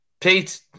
Pete